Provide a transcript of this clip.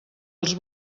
els